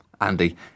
Andy